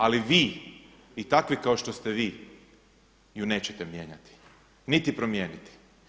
Ali vi i takvi kao što ste vi ju nećete mijenjati niti promijeniti.